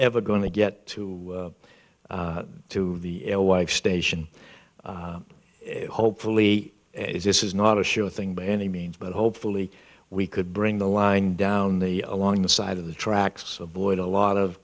ever going to get to the wife station hopefully this is not a sure thing by any means but hopefully we could bring the line down the along the side of the tracks avoid a lot